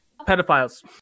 pedophiles